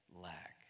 lack